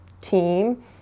team